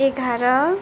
एघार